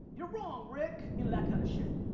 you're wrong rick, you know, that kind of shit.